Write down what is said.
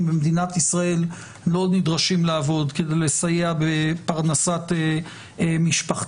במדינת ישראל לא נדרשים לעבוד כדי לסייע בפרנסת משפחתם,